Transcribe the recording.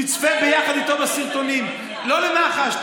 תצפה ביחד איתו בסרטונים, לא למח"ש.